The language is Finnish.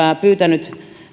pyytänyt